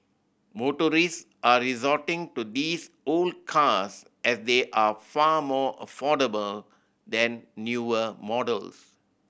motorists are resorting to these old cars as they are far more affordable than newer models